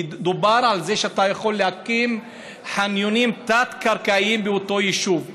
דובר על זה שאתה יכול להקים חניונים תת-קרקעיים באותו יישוב.